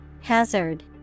Hazard